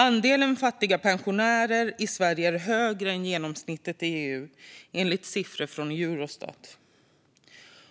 Andelen fattiga pensionärer i Sverige är också högre än genomsnittet i EU, enligt siffror från Eurostat.